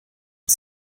und